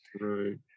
Right